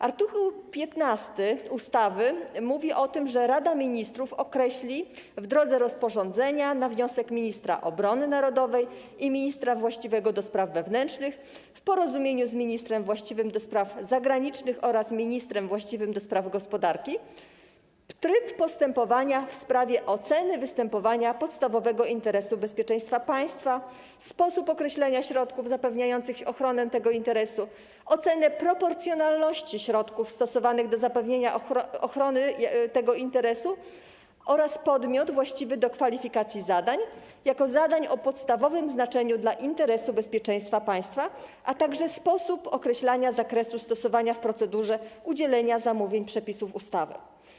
Art. 15 ustawy mówi o tym, że Rada Ministrów określi w drodze rozporządzenia na wniosek ministra obrony narodowej i ministra właściwego do spraw wewnętrznych w porozumieniu z ministrem właściwym do spraw zagranicznych oraz ministrem właściwym do spraw gospodarki tryb postępowania w sprawie oceny występowania podstawowego interesu bezpieczeństwa państwa, sposób określania środków zapewniających ochronę tego interesu, ocenę proporcjonalności środków stosowanych do zapewnienia ochrony tego interesu oraz podmiot właściwy do kwalifikacji zadań, jako zadań o podstawowym znaczeniu dla interesu bezpieczeństwa państwa, a także sposób określania zakresu stosowania w procedurze udzielenia zamówień przepisów ustawy.